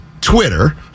twitter